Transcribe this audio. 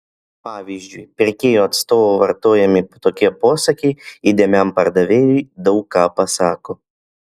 pavyzdžiui pirkėjo atstovo vartojami tokie posakiai įdėmiam pardavėjui daug ką pasako